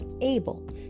able